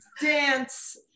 dance